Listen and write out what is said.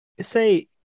say